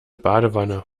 badewanne